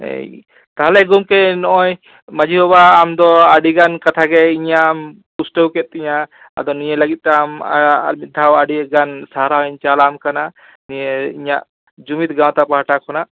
ᱛᱟᱦᱞᱮ ᱜᱚᱝᱠᱮ ᱱᱚᱜᱼᱚᱭ ᱢᱟᱺᱡᱷᱤ ᱵᱟᱵᱟ ᱟᱢᱫᱚ ᱱᱚᱜᱼᱚᱭ ᱟᱹᱰᱤ ᱜᱟᱱ ᱠᱟᱛᱷᱟ ᱜᱮ ᱤᱧᱟᱹᱜ ᱮᱢ ᱯᱩᱥᱴᱟᱹᱣ ᱠᱮᱫ ᱛᱤᱧᱟᱹ ᱟᱫᱚ ᱱᱤᱭᱟᱹ ᱞᱟᱹᱜᱤᱫᱛᱮ ᱟᱢ ᱟᱨ ᱢᱤᱫ ᱫᱷᱟᱣ ᱟᱹᱰᱤᱜᱟᱱ ᱥᱟᱨᱦᱟᱣᱤᱧ ᱪᱟᱞᱟᱢ ᱠᱟᱱᱟ ᱱᱤᱭᱟᱹ ᱤᱧᱟᱹᱜ ᱡᱩᱢᱤᱫ ᱜᱟᱶᱛᱟ ᱯᱟᱦᱴᱟ ᱠᱷᱚᱱᱟᱜ